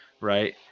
right